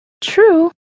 True